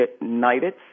United